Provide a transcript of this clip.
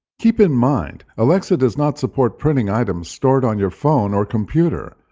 keep in mind, alexa does not support printing items stored on your phone or computer,